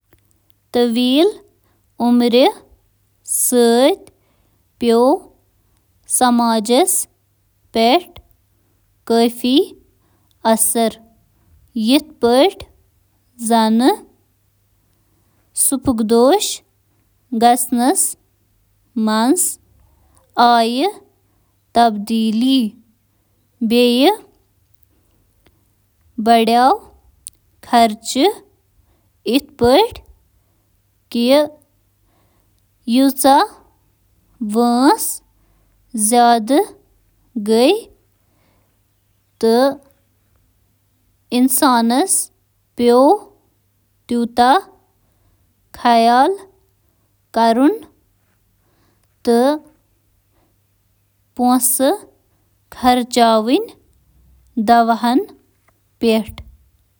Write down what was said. طبی ترقیو چُھ متوقع زندگی منٛز اضافہٕ کوٚرمت، یمہٕ سۭتۍ معاشرس واریاہ طریقو سۭتۍ متٲثر چُھ گومُت، یتھ منٛز شٲمل: بیمارِ ہند خطرس منز اضافہٕ: صحتٕچ عدم مساوات، صحت عامہ کہِ فنڈنگٕچ ضرورتس منز اضافہٕ: طبی بدعنوانی تہٕ باقین ہند امکان۔